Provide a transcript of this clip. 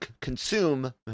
consume